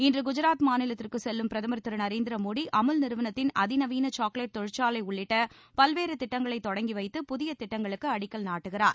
இன்று குஜராத் மாநிலத்திற்கு செல்லும் பிரதமர் திரு நரேந்திர மோடி அமுல் நிறுவனத்தின் அதிநவீன சாக்லேட் தொழிற்சாலை உள்ளிட்ட பல்வேறு திட்டங்களை தொடங்கி வைத்து புதிய திட்டங்களுக்கு அடிக்கல் நாட்டுகிறார்